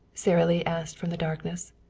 sara lee asked from the darkness.